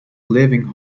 living